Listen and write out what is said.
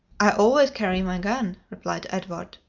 i always carry my gun, replied edward.